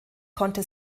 konnte